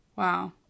Wow